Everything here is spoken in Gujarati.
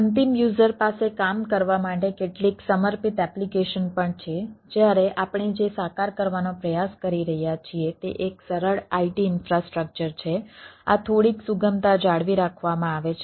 અંતિમ યુઝર પાસે કામ કરવા માટે કેટલીક સમર્પિત એપ્લિકેશન પણ છે જ્યારે આપણે જે સાકાર કરવાનો પ્રયાસ કરી રહ્યા છીએ તે એક સરળ IT ઇન્ફ્રાસ્ટ્રક્ચર છે આ થોડીક સુગમતા જાળવી રાખવામાં આવે છે